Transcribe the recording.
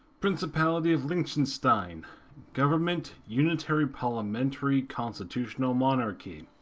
principality of liechtenstein government unitary parliamentary constitutional monarchy